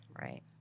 Right